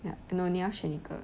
no 你要选一个